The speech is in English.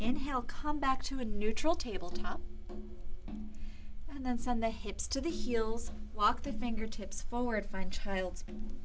and help come back to a neutral table top and then send the hips to the heels walk the fingertips forward fine child and